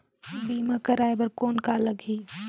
बीमा कराय बर कौन का लगही?